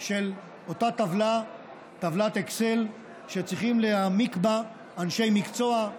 של אותה טבלת אקסל שצריכים להעמיק בה אנשי מקצוע,